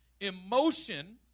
emotion